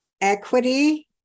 equity